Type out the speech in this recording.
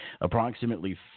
Approximately